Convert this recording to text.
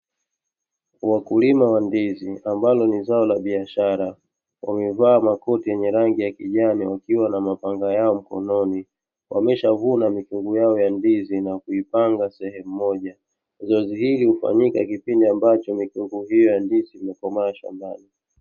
Wakulima wa ndizi ambalo ni zao la biashara, wamevaa makoti yenye rangi ya kijani wakiwa na mapanga yao mkononi, wameshavuna mikungu yao ya ndizi na kuipanga sehemu moja, zoezi hili hufanyika kipindi ambacho mikungu hii ya ndizi imekomaa shambani.